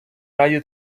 раді